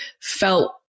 felt